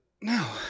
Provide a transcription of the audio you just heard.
No